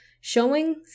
Showing